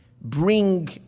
bring